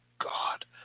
God